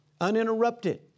uninterrupted